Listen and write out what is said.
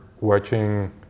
watching